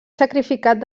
sacrificat